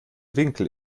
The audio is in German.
winkel